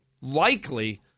likely